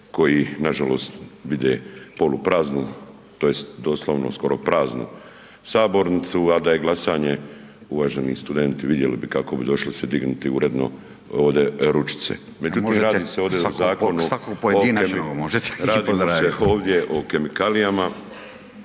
koji nažalost vide polupraznu tj. doslovno skoro praznu sabornicu, al da je glasanje uvaženi studenti vidjeli bi kako bi došli se dignuti uredno ovdje ručice. Međutim, …/Upadica: A možete svakog pojedinačno,